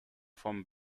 vom